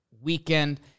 weekend